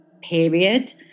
period